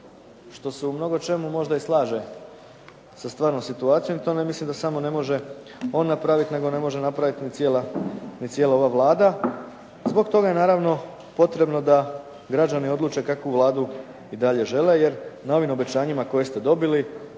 što se u mnogo čemu možda i slaže sa stvarnom situacijom i to ne mislim da samo ne može on napraviti, nego ne može napraviti ni cijela ova Vlada. Zbog toga je naravno potrebno da građani odluče kakvu Vladu i dalje žele jer na ovim obećanjima koje ste dobili,